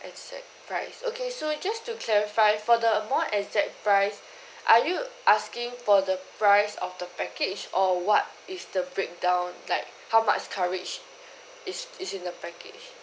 exact price okay so just to clarify for the more exact price are you asking for the price of the package or what is the breakdown like how much coverage is is in the package